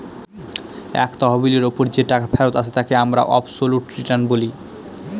এক তহবিলের ওপর যে টাকা ফেরত আসে তাকে আমরা অবসোলুট রিটার্ন বলি